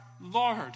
Lord